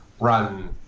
run